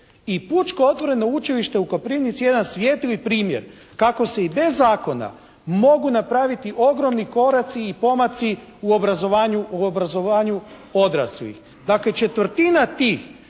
I Pučko otvoreno učilište u Koprivnici je jedan svijetli primjer kako se i bez zakona mogu napraviti ogromni koraci i pomaci u obrazovanju odraslih. Dakle, četvrtina tih